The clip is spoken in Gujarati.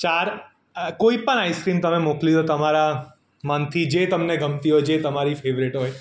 ચાર કોઈ પણ આઈસ્ક્રીમ તમે મોકલી દો તમારા મનથી જે તમને ગમતી હોય જે તમારી ફેવરિટ હોય